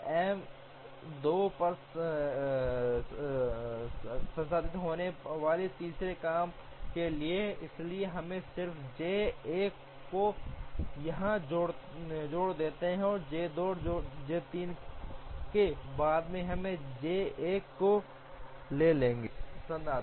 M 2 पर संसाधित होने वाला तीसरा काम है इसलिए हम सिर्फ J 1 को यहां छोड़ देंगे और J 2 और J 3 के बाद हम J 1 को ले लेंगे संसाधित